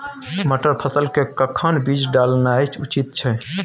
मटर फसल के कखन बीज डालनाय उचित छै?